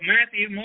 Matthew